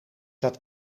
dat